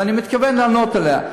ואני מתכוון לענות עליה,